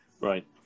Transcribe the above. Right